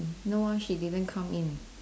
no ah she didn't come in